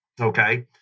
Okay